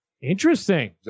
interesting